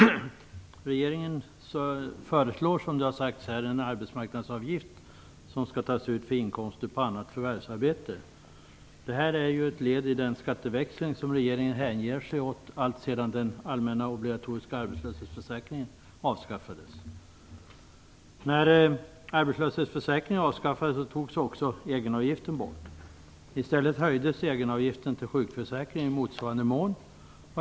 Fru talman! Regeringen föreslår, som det har sagts här, att en arbetsmarknadsavgift skall tas ut för inkomster på annat förvärvsarbete. Det här är ett led i den skatteväxling som regeringen hänger sig åt alltsedan den allmänna obligatoriska arbetslöshetsförsäkringen avskaffades. När arbetslöshetsförsäkringen avskaffades togs också egenavgiften bort. I stället höjdes egenavgiften till sjukförsäkringen i motsvarande mån.